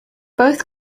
both